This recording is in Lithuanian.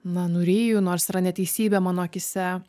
na nuryju nors yra neteisybė mano akyse